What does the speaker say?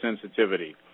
sensitivity